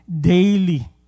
daily